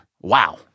wow